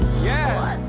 yeah.